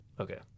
Okay